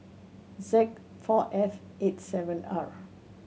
Z four F eight seven R